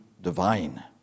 divine